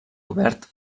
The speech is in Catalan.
obert